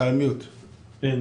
בבקשה.